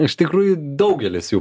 iš tikrųjų daugelis jų